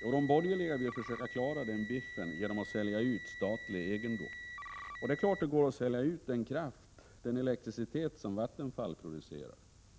Jo, de borgerliga vill försöka klara biffen genom att sälja ut statlig egendom. Det är klart att det går att sälja ut den elektricitet som Vattenfall producerar